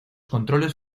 controles